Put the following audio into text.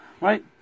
Right